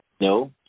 No